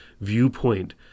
viewpoint